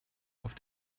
auf